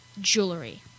jewelry